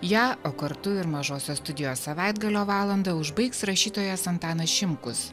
ją o kartu ir mažosios studijos savaitgalio valandą užbaigs rašytojas antanas šimkus